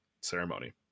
ceremony